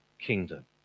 kingdom